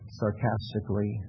sarcastically